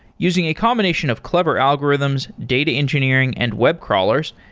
using a combination of clever algorithms, data engineering and web crawlers,